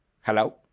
hello